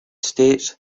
states